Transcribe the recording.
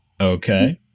Okay